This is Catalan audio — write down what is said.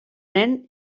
nen